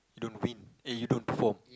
don't win eh you don't perform